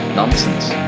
nonsense